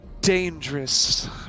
dangerous